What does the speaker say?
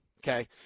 Okay